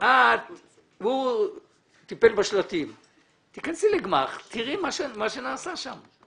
הוא טיפל בשלטים אבל את תיכנסי לגמ"ח ותראי מה נעשה שם.